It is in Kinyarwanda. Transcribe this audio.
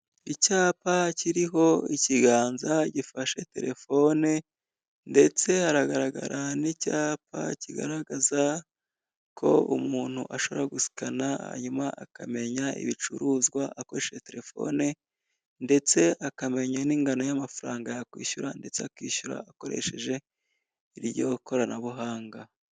Icyapa kiriho ikiganza gifashe telefone ndetse hagaragara n'icyapa kigaragaza ko umuntu ashobora gusikana hanyuma akamenya ibicuruzwa akoresheje telefone ndetse akamenya n'ingano y'amafaranga yakwishyura ndetse akishyura akoresheje iryo koranabuhanga.